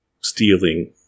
stealing